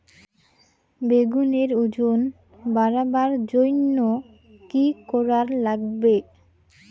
বেগুনের ওজন বাড়াবার জইন্যে কি কি করা লাগবে?